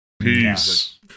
Peace